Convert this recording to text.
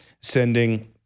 sending